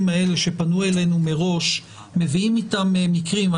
האלה שפנו אלינו מראש מביאים אתם מקרים.